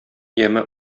яме